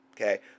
Okay